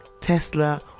Tesla